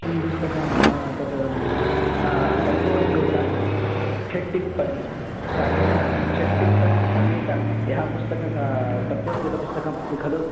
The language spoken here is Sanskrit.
किं पुस्तकं नाम तत् तत्वोद्योतः षट्टिप्पणि तादृश षट्टिप्पणिः समेत यः पुस्तकं का तत्वोद्योत पुस्तकमस्ति खलु